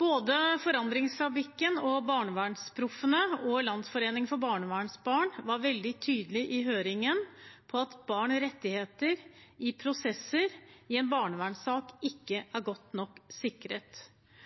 Både Forandringsfabrikken, BarnevernsProffene og Landsforeningen for barnevernsbarn var veldig tydelige i høringen på at barns rettigheter i prosesser i en barnevernssak ikke er godt nok